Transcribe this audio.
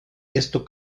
esto